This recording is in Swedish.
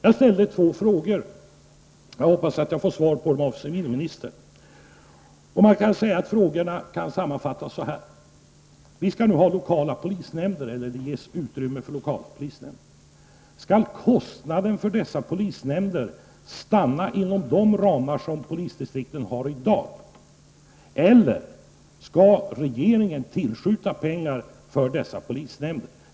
Jag ställde två frågor, och jag hoppas att jag får svar på dem av civilministern. Frågorna kan sammanfattas så här: Det ges utrymme för lokala polisnämnder. Skall kostnaden för dessa polisnämnder stanna inom de ramar som polisdistrikten har i dag? Eller skall regeringen tillskjuta pengar för dessa polisnämnder?